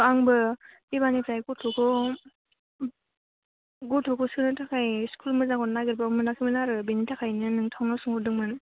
आंबो एबारनिफ्राय गथ'खौ गथ'खौ सोनो थाखाय स्कुल मोजांखौनो नागिरब्लाबो मोनाखैमोन आरो बेनि थाखायनो नोंथांनाव सोंहरदोंमोन